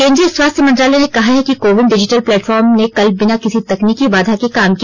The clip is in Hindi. केन्द्रीय स्वास्थ्य मंत्रालय ने कहा है कि कोविन डिजिटल प्लेटफॉर्म ने कल बिना किसी तकनीकी बाधा के काम किया